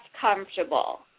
comfortable